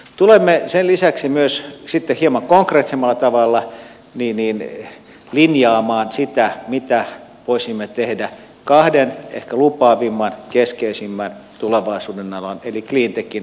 tulemme sen lisäksi myös sitten hieman konkreettisemmalla tavalla linjaamaan sitä mitä voisimme tehdä kahden ehkä lupaavimman keskeisimmän tulevaisuudenalan eli cleantechin ja biotalouden osalta